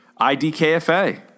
IDKFA